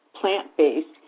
plant-based